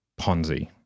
Ponzi